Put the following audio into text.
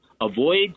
avoid